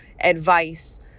advice